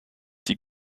die